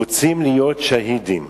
רוצים להיות שהידים.